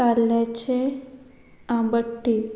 ताल्ल्याचें आंबट्टीक